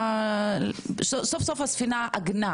סוף סוף הספינה עגנה